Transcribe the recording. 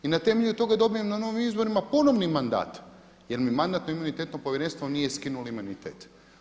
I na temelju toga dobijem na novim izborima ponovni mandat, jer mi Mandatno-imunitetno povjerenstvo nije skinulo imunitet.